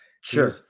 Sure